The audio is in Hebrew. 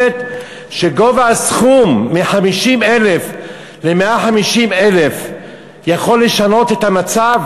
שהגדלת הסכום מ-50,000 ל-150,000 יכול לשנות את המצב,